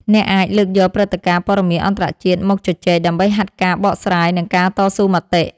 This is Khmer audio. អ្នកអាចលើកយកព្រឹត្តិការណ៍ព័ត៌មានអន្តរជាតិមកជជែក ដើម្បីហាត់ការបកស្រាយ និងការតស៊ូមតិ។